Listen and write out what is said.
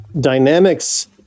dynamics